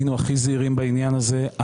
היינו הכי זהירים בעניין הזה.